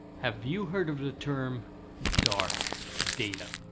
have you heard of the term dark data?